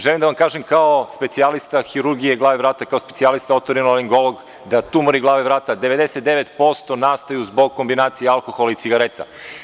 Želim da vam kažem kao specijalista hirurgije glave, vrata, kao specijalista otorinolaringolog da tumori glave i vrata 99% nastaju zbog kombinacije alkohola i cigareta.